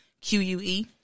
q-u-e